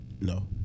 No